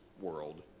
world